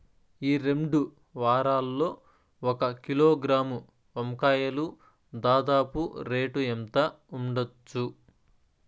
ఈ రెండు వారాల్లో ఒక కిలోగ్రాము వంకాయలు దాదాపు రేటు ఎంత ఉండచ్చు?